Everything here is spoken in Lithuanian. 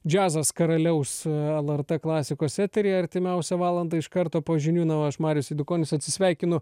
džiazas karaliaus lrt klasikos eteryje artimiausią valandą iš karto po žinių na o aš marius eidukonis atsisveikinu